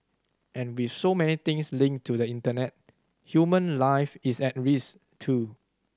and with so many things linked to the Internet human life is at risk too